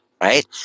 right